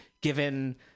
given